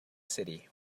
city